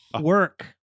work